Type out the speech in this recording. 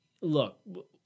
look